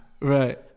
right